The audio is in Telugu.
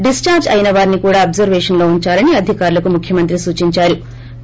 డిశ్చార్జ్ అయిన వారిని కూడా అభ్వర్యేషన్లో ఉంచాలని అధికారులకు ముఖ్వమంత్రి సూచించారు